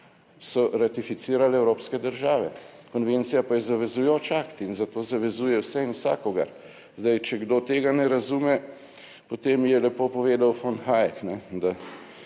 so ratificirale evropske države. Konvencija pa je zavezujoč akt in za to zavezuje vse in vsakogar. Zdaj, če kdo tega ne razume, potem je lepo povedal Von Hayek, da